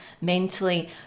mentally